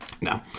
No